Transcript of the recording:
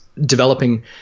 developing